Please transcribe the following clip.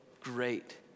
great